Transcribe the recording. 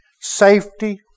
safety